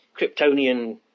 Kryptonian